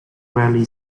rarely